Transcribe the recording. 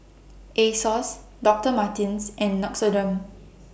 Asos Doctor Martens and Nixoderm